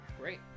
Great